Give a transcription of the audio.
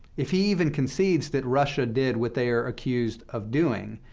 if he even concedes that russia did what they are accused of doing,